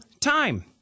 time